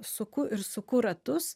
suku ir suku ratus